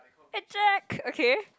hey Jack okay